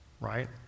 right